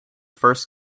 first